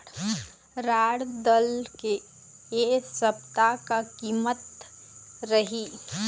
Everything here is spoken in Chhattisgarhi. रहड़ दाल के इ सप्ता का कीमत रही?